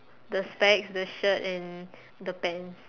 the specs the shirt and the pants